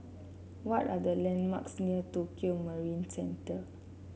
what are the landmarks near Tokio Marine Centre